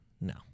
No